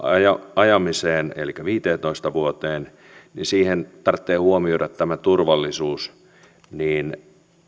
ajamiseen elikkä viiteentoista vuoteen tarvitsee huomioida tämä turvallisuus